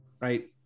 right